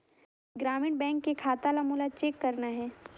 ग्रामीण बैंक के खाता ला मोला चेक करना हे?